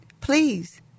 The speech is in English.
please